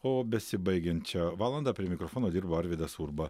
o besibaigiančią valandą prie mikrofono dirbo arvydas urba